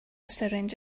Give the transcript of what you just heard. syringe